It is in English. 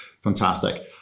Fantastic